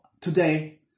today